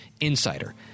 insider